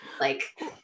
like-